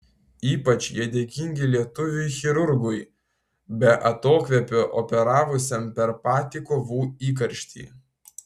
ypač jie dėkingi lietuviui chirurgui be atokvėpio operavusiam per patį kovų įkarštį